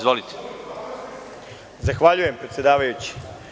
Zahvaljujem predsedavajući.